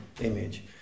image